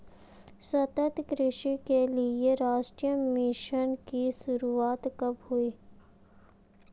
सतत कृषि के लिए राष्ट्रीय मिशन की शुरुआत कब हुई?